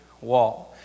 wall